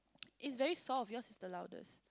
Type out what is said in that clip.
is very soft your speaker louder